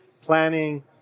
planning